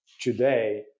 today